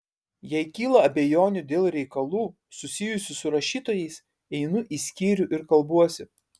jei kyla abejonių dėl reikalų susijusių su rašytojais einu į skyrių ir kalbuosi